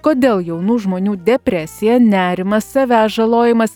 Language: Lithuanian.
kodėl jaunų žmonių depresija nerimas savęs žalojimas